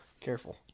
careful